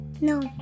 No